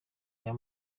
rya